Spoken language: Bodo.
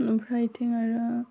आमफ्राय बिथिं आरो